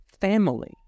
family